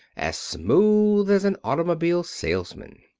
as smooth as an automobile salesman.